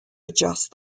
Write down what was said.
adjust